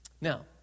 Now